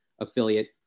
affiliate